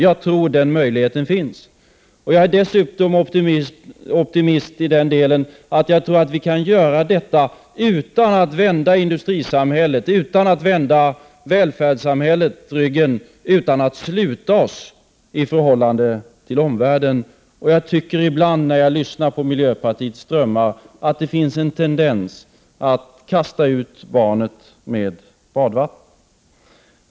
Jag tror att den möjligheten finns, och jag är dessutom optimist i den delen att jag tror att vi kan göra detta utan att vända industrisamhället och välfärdssamhället ryggen, utan att sluta oss i förhållande till omvärlden. Jag tycker ibland när jag lyssnar på miljöpartiets drömmar att det finns en tendens att kasta ut barnet med badvattnet.